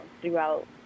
throughout